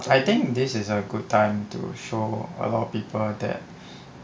I think this is a good time to show a lot of people that